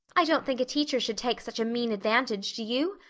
i don't think a teacher should take such a mean advantage, do you?